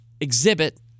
exhibit